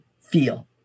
feel